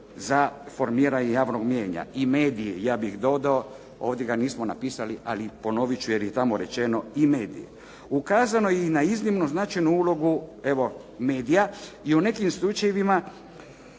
za formiranje javnog mijenja. I mediji ja bih dodao. Ovdje ga nismo napisali ali ponovit ću jer je tamo rečeno, i mediji. Ukazano je i na iznimno značajnu ulogu evo medija i u nekim slučajevima